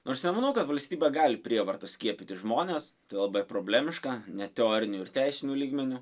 nors nemanau kad valstybė gali prievarta skiepyti žmones tai labai problemiška ne teoriniu ir teisiniu lygmeniu